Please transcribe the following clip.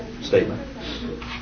statement